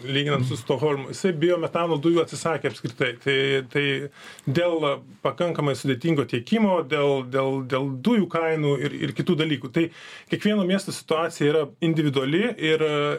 lyginant su stokholmu jisai bio metano dujų atsisakė apskritai tai tai dėl pakankamai sudėtingo tiekimo dėl dėl dėl dujų kainų ir ir kitų dalykų tai kiekvieno miesto situacija yra individuali ir